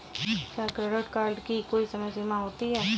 क्या credit card की कोई समय सीमा होती है?